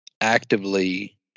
actively